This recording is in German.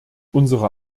unsere